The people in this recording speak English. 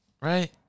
Right